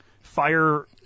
fire